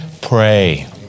pray